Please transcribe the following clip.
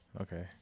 Okay